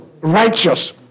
righteous